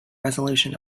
resolution